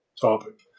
topic